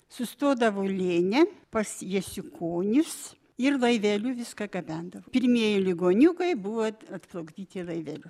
sustodavo lėne pas jasiukonis ir laiveliu viską gabendavo pirmieji ligoniukai buvo atplukdyti laiveliu